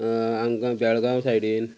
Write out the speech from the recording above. हांगा बेळगांव सायडीन